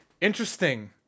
Interesting